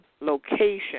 location